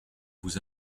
vous